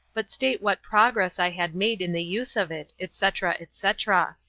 but state what progress i had made in the use of it, etc, etc.